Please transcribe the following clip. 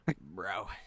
Bro